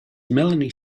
melanie